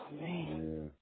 man